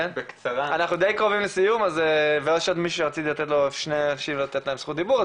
אנחנו די קרובים לסיום ויש עוד שני אנשים שרציתי לתת להם זכות דיבור,